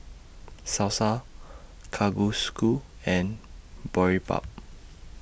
Salsa Kalguksu and Boribap